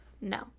No